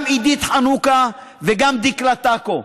גם עידית חנוכה וגם דקלה טקו.